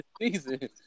season